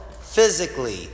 physically